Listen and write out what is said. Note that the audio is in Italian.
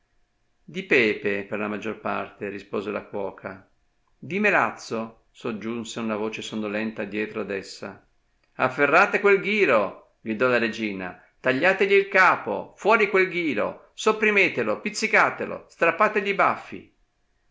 di pepe per la maggior parte rispose la cuoca di melazzo soggiunse una voce sonnolenta dietro ad essa afferrate quel ghiro gridò la regina tagliategli il capo fuori quel ghiro sopprimetelo pizzicatelo strappategli i baffi